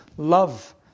Love